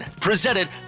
Presented